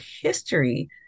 history